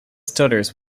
stutters